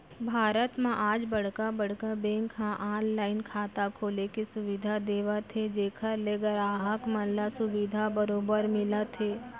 भारत म आज बड़का बड़का बेंक ह ऑनलाइन खाता खोले के सुबिधा देवत हे जेखर ले गराहक मन ल सुबिधा बरोबर मिलत हे